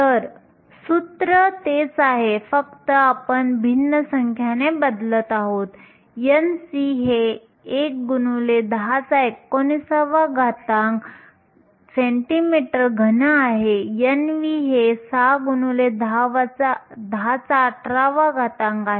तर सूत्र तेच आहे फक्त आपण भिन्न संख्याने बदलत आहोत Nc हे 1 x 1019 cm3 आहे Nv हे 6 x 1018 आहे